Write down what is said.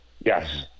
Yes